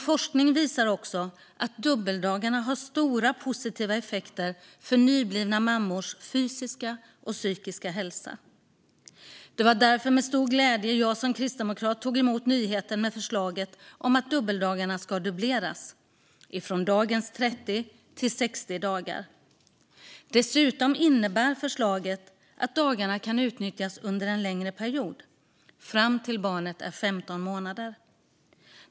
Forskning visar också att dubbeldagarna har stora positiva effekter på nyblivna mammors fysiska och psykiska hälsa. Det var därför med stor glädje jag som kristdemokrat tog emot nyheten om förslaget att antalet dubbeldagar ska dubbleras, från dagens 30 till 60 dagar. Förslaget innebär dessutom att dagarna kan utnyttjas under en längre period, fram till dess att barnet är 15 månader.